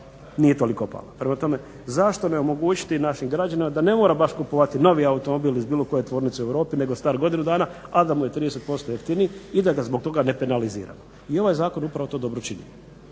nije toliko pala. Prema tome zašto ne omogućiti našim građanima da ne mora baš kupovati novi automobil iz bilo koje tvornice u Europi nego star godinu dana a da mu je 30% jeftiniji i da ga zbog toga ne penalizira i ovaj zakon upravo to dobro čini